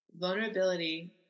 Vulnerability